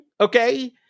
okay